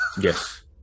Yes